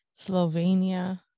slovenia